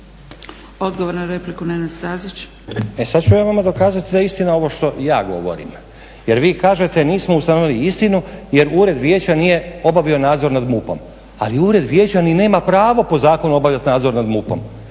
Stazić. **Stazić, Nenad (SDP)** E sad ću ja vama dokazati da je istina ovo što ja govorim, jer vi kažete nismo ustanovili istinu jer ured vijeća nije obavio nadzor nad MUP-om. Ali ured vijeća ni nema pravo po zakonu obavljati nadzor nad MUP-om.